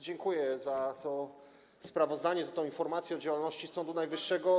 Dziękuję za to sprawozdanie, za tę informację o działalności Sądu Najwyższego.